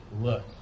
look